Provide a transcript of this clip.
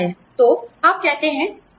तो आप कहते हैं ठीक है